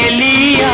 and the